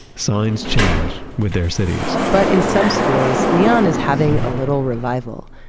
signs change with their cities but in some spheres, neon is having a little revival.